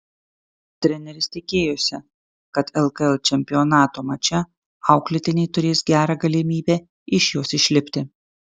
treneris tikėjosi kad lkl čempionato mače auklėtiniai turės gerą galimybę iš jos išlipti